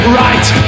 right